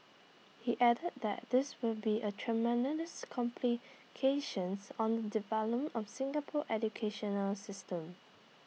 he added that this will be A tremendous complications on the development of Singapore educational system